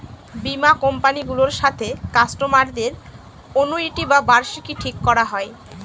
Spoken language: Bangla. বীমা কোম্পানি গুলোর সাথে কাস্টমারদের অনুইটি বা বার্ষিকী ঠিক করা হয়